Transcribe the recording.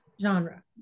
genre